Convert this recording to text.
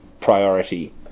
priority